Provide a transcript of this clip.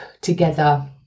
together